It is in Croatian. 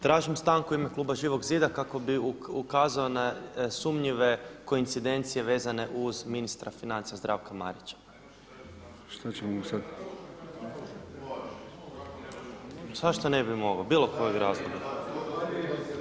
Tražim stanku u ime kluba Živog zida kako bih ukazao na sumnjive koincidencije vezane uz ministra financija Zdravka Marića. … [[Upadica sa strane, ne čuje se.]] Zašto ne bih mogao iz bilo kojeg razloga.